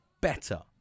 better